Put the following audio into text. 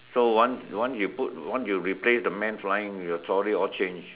so once once you put once you replace the man flying your story all change